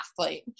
athlete